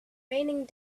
raining